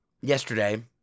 yesterday